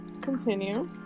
continue